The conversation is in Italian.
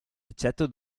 eccetto